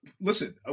Listen